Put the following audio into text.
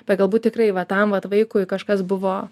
bet galbūt tikrai va tam vat vaikui kažkas buvo